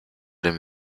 dem